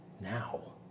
now